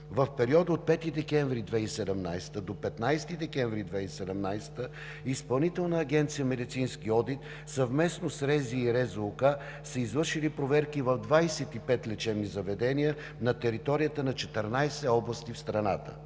В периода от 5 декември 2017 г. до 15 декември 2017 г. Изпълнителна агенция „Медицински одит“ съвместно с РЗИ и РЗОК са извършили проверки в 25 лечебни заведения на територията на 14 области в страната.